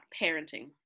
parenting